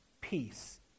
peace